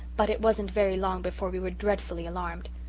but it wasn't very long before we were dreadfully alarmed.